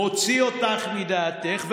מוציא אותך מדעתך,